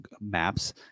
maps